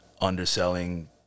underselling